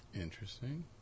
Interesting